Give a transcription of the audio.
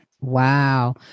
Wow